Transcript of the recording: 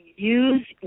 Use